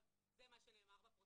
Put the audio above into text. אבל זה מה שנאמר בפרוטוקול.